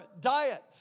diet